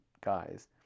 guys